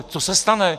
Co se stane?